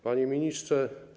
Panie Ministrze!